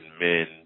men